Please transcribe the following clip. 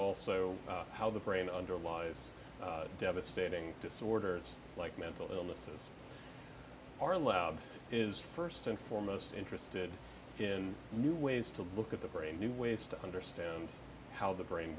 also how the brain underlies devastating disorders like mental illnesses are allowed is st and foremost interested in new ways to look at the brain new ways to understand how the brain